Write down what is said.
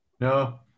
No